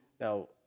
now